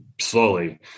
slowly